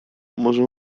może